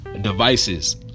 devices